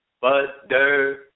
butter